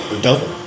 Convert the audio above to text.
Double